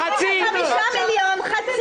חצי מ-25 מיליון.